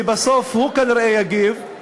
שבסוף הוא יגיב,